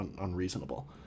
unreasonable